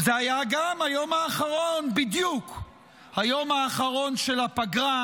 זה היה גם היום האחרון, בדיוק היום האחרון לפגרה.